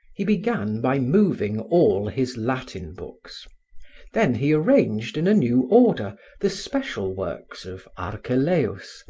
he began by moving all his latin books then he arranged in a new order the special works of archelaus,